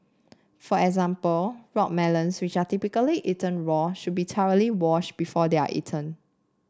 for example rock melons which are typically eaten raw should be thoroughly washed before they are eaten